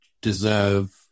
deserve